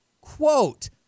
Quote –